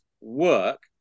work